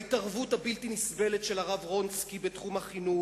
ההתערבות הבלתי-נסבלת של הרב רונצקי בתחום החינוך,